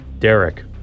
Derek